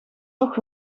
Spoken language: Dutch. toch